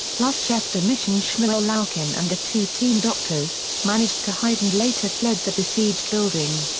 plus chef de mission shmuel lalkin and the two team doctors, managed to hide and later fled the besieged building.